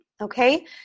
okay